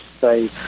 say